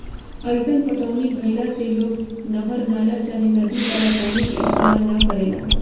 अईसन पटौनी भईला से लोग नहर, नाला चाहे नदी वाला पानी के इस्तेमाल न करेला